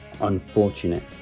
unfortunate